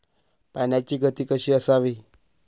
पाण्याची गती कशी असावी?